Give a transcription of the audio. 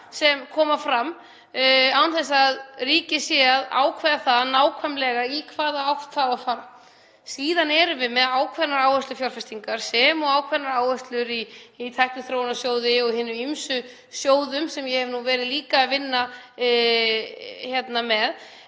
sem koma fram án þess að ríkið sé að ákveða nákvæmlega í hvaða átt það á að fara. Síðan erum við með ákveðnar áherslufjárfestingar sem og ákveðnar áherslur í Tækniþróunarsjóði og hinum ýmsu sjóðum sem ég hef líka verið líka að vinna með,